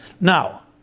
Now